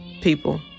people